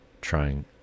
trying